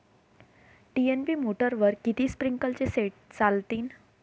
तीन एच.पी मोटरवर किती स्प्रिंकलरचे सेट चालतीन?